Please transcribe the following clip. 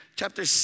chapter